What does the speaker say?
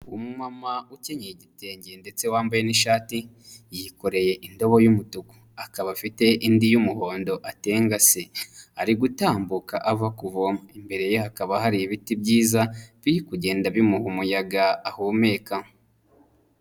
Umumama ukenyeye igitenge ndetse wambaye n'ishati, yikoreye indobo y'umutuku, kaba afite indi y'umuhondo atengase. Ari gutambuka ava kuvoma, imbere ye hakaba hari ibiti byiza, biri kugenda bimuha umuyaga ahumeka.